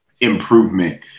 improvement